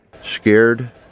Scared